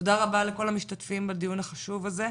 תודה רבה לכל המשתתפים בדיון החשוב הזה,